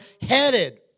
headed